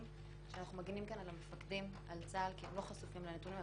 שאנחנו מגינים כאן על המפקדים ועל צה"ל כי הם לא חשופים לנתונים.